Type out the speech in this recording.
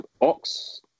Ox